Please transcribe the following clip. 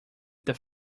this